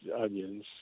onions